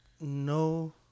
no